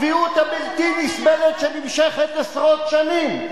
בצביעות הבלתי-נסבלת שנמשכת עשרות שנים,